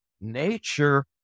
nature